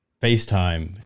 FaceTime